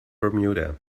bermuda